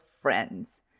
friends